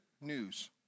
news